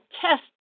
test